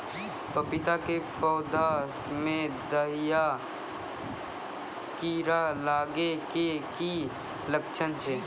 पपीता के पौधा मे दहिया कीड़ा लागे के की लक्छण छै?